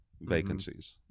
vacancies